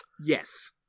Yes